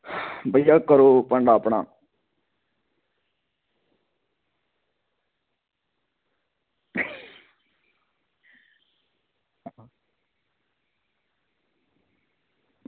भैया करो भांडा अपना